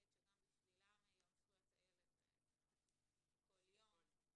תודה רבה למועצה לשלום הילד שגם בשבילם יום זכויות הילד הוא כל יום.